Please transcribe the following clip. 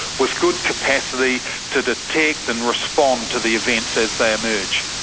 with good capacity to detect and respond to the events as they emerge.